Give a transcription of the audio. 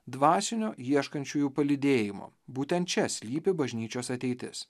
dvasinio ieškančiųjų palydėjimo būtent čia slypi bažnyčios ateitis